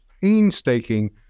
painstaking